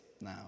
now